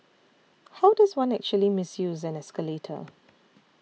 how does one actually misuse an escalator